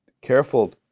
careful